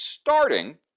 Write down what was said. starting